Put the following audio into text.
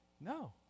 no